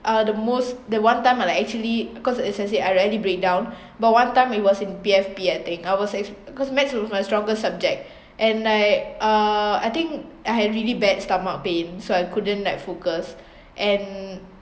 uh the most the one time I like actually cause as I said I already breakdown but one time it was in P_F_P I think I was ex~ because maths was my strongest subject and I uh I think I had really bad stomach pain so I couldn't like focus and